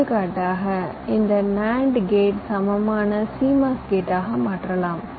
எடுத்துக்காட்டாகஇந்த NAND gate சமமான CMOS கேட்டாக மாற்றலாம்